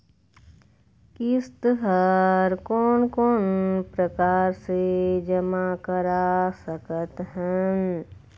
किस्त हर कोन कोन प्रकार से जमा करा सकत हन?